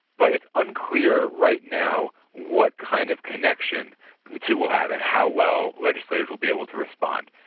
but it's unclear right now what kind of connection the two will have and how well legislators will be able to respond.